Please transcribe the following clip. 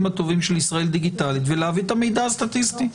הטובים של ישראל דיגיטלית ולהביא את המידע הסטטיסטי.